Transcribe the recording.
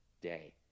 day